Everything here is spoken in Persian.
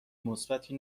مثبتی